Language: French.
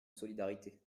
solidarité